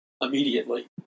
immediately